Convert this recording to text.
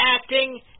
acting